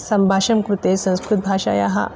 संभाषणं कृते संस्कृतभाषायाः